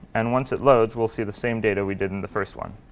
and once it loads, we'll see the same data we did in the first one.